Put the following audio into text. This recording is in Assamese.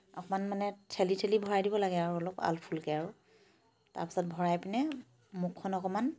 অকণমান মানে ঠেলি ঠেলি ভৰাই দিব লাগে আৰু অলপ আলফুলকৈ আৰু তাৰপাছত ভৰাই পেনে মুখখন অকণমান